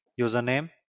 username